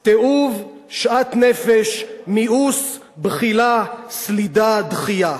תיעוב, שאט-נפש, מיאוס, בחילה, סלידה, דחייה.